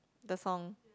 the song